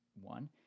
one